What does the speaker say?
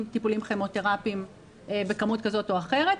טיפולים כימותרפיים בכמות כזאת או אחרת,